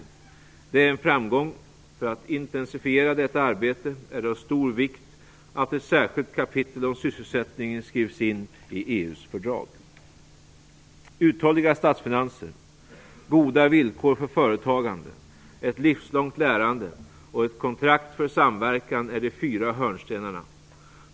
Det är en framgång. För att intensifiera detta arbete är det av stor vikt att ett särskilt kapitel om sysselsättning skrivs in i EU:s fördrag. Uthålliga statsfinanser, goda villkor för företagande, ett livslångt lärande och ett kontrakt för samverkan är de fyra hörnstenarna.